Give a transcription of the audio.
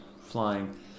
Flying